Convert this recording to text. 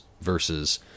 versus